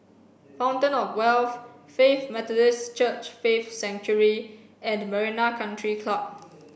Fountain of Wealth Faith Methodist Church Faith Sanctuary and Marina Country Club